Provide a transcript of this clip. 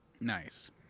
Nice